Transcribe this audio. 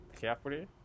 carefully